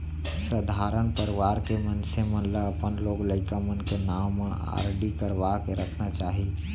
सधारन परवार के मनसे मन ल अपन लोग लइका मन के नांव म आरडी करवा के रखना चाही